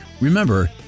Remember